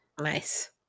Nice